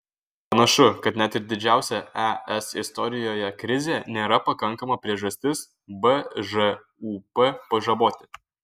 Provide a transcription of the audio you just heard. panašu kad net ir didžiausia es istorijoje krizė nėra pakankama priežastis bžūp pažaboti